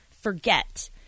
forget